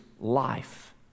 life